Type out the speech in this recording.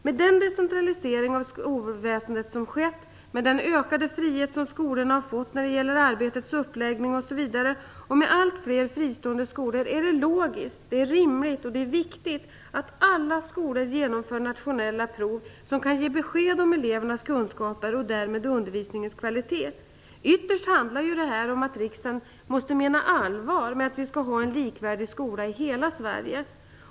Med den decentralisering av skolväsendet som skett, med den ökade frihet skolorna fått vad gäller arbetets uppläggning osv., och med allt fler fristående skolor är det logiskt, rimligt och viktigt att alla skolor genomför nationella prov som kan ge besked om elevernas kunskaper och därmed undervisningens kvalitet. Ytterst handlar detta om att riksdagen måste mena allvar med att vi skall ha en likvärdig skola i hela Sverige.